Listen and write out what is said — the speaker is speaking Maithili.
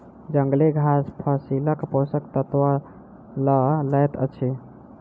जंगली घास फसीलक पोषक तत्व लअ लैत अछि